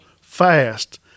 fast